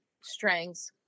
strengths